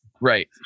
Right